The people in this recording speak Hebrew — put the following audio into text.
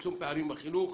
לצמצום פערים בחינוך,